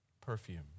perfume